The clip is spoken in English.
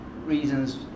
reasons